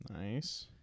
Nice